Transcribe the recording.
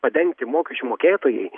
padengti mokesčių mokėtojai